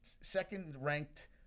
second-ranked